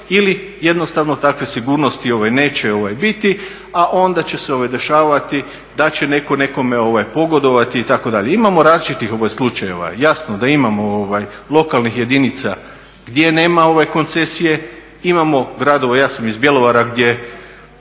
ili jednostavno takve sigurnosti neće biti, a onda će se dešavati da će neko nekome pogodovati itd. Imao različitih slučajeva, jasno da imamo lokalnih jedinica gdje nema koncesije, imamo gradova, ja sam iz Bjelovara gdje